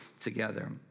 together